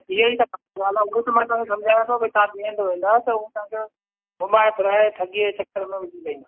ईअं ई त ॻाल्हि आहे उहो त मां तव्हां खे समुझायां थो भई तव्हां ॿिए हंधि वेंदा त हूं तव्हांखे घुमाए फ़िराए ठॻी जे चक्कर में विझी लाहींदा